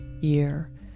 year